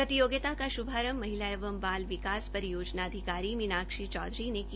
प्रतियोगिता का श्भारंभ महिला एवं बाल विकास परियोजना अधिकारी मीनाक्षी चौधरी ने किया